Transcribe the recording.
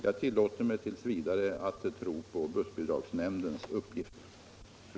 Jag tillåter mig att t. v. tro på bussbidragsnämndens uppgifter.